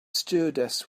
stewardess